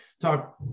talk